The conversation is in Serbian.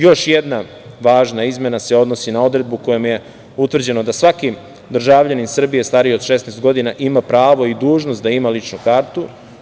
Još jedna važna izmena se odnosi na odredbu kojom je utvrđeno da svaki državljanin Srbije stariji od 16 godina ima pravo i dužnost da ima ličnu kartu.